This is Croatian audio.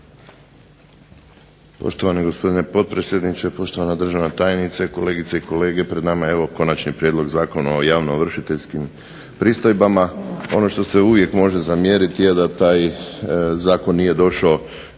Poštovani gospodine potpredsjedniče, poštovana državna tajnice, kolegice i kolege. Pred nama je evo Konačni prijedlog Zakona o javnoovršiteljskim pristojbama. Ono što se uvijek može zamjeriti je da taj zakon nije došao